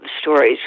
stories